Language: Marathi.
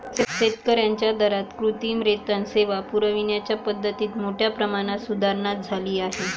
शेतकर्यांच्या दारात कृत्रिम रेतन सेवा पुरविण्याच्या पद्धतीत मोठ्या प्रमाणात सुधारणा झाली आहे